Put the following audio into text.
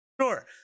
Sure